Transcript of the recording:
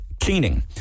cleaning